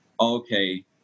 okay